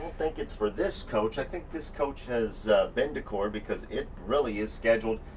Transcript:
think it's for this coach. i think this coach has been decor because it really is scheduled.